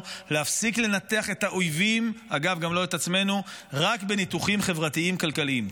לנתח את האויב רק בניתוחים חברתיים-כלכליים,